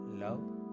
love